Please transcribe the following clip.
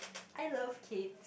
I love kids